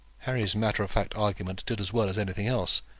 harry's matter-of-fact argument did as well as anything else,